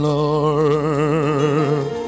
Lord